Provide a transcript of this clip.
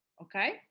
Okay